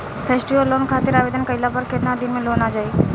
Festival loan खातिर आवेदन कईला पर केतना दिन मे लोन आ जाई?